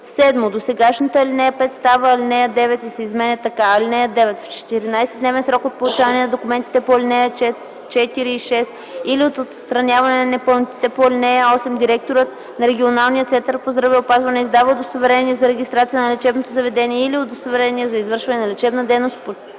7. Досегашната ал. 5 става ал. 9 и се изменя така: „(9) В 14-дневен срок от получаване на документите по ал. 4 и 6 или от отстраняване на непълнотите по ал. 8, директорът на регионалния център по здравеопазване издава удостоверение за регистрация на лечебното заведение или удостоверение за извършване на лечебната дейност